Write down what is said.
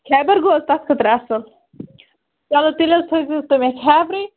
خیبَر گوٚو حظ تَتھ خٲطرٕ اَصٕل چلو تیٚلہِ حظ تھٲیزیو تُہۍ مےٚ خیبرٕے